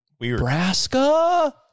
Nebraska